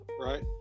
right